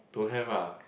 don't have ah